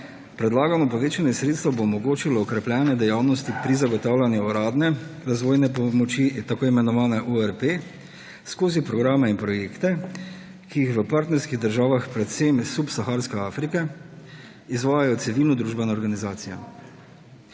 Predlagano povečanje sredstev bo omogočilo okrepljene dejavnosti pri zagotavljanju uradne razvojne pomoči, tako imenovane URP, skozi programe in projekte, ki jih v partnerskih državah predvsem subsaharske Afrike izvajajo civilnodružbene organizacije.